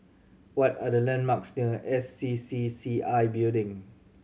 what are the landmarks near S C C C I Building